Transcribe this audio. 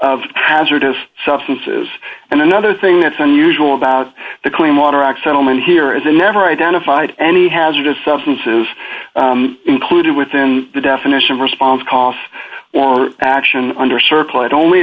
of hazardous substances and another thing that's unusual about the clean water act settlement here is a never identified any hazardous substances included within the definition of response costs or action under surplus only